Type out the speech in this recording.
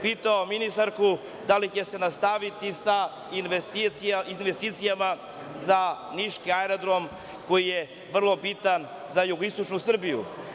Pitao bih ministarku da li će se nastaviti sa investicijama za niški aerodrom koji je vrlo bitan za jugoistočnu Srbiju.